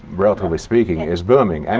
relatively speaking is booming. and